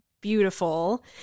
beautiful